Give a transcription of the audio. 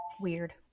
weird